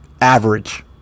average